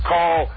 Call